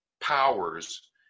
powers